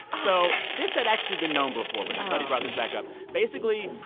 so this had actually been known before, but the study brought this back up. basically,